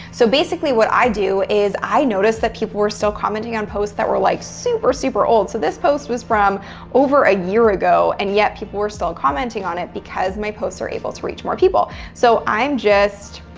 so basically, what i do is i noticed that people were still commenting on posts that were like super, super old. so, this post was from over a year ago, and yet people were still commenting on it, because my posts are able to reach more people. so, i'm just